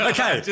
Okay